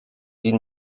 sie